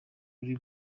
kuri